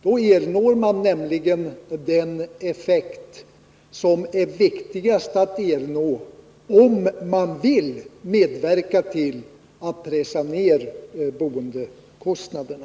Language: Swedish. Då når man nämligen den effekt som är viktigast att nå, om man vill medverka till att pressa ned boendekostnaderna.